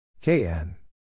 KN